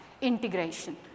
integration